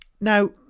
Now